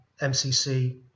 MCC